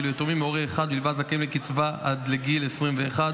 ואילו יתומים מהורה אחד בלבד זכאים לקצבה עד לגיל 21,